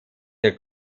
der